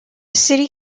city